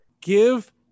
Give